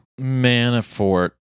Manafort